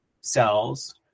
cells